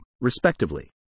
respectively